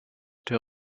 tür